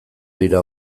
dira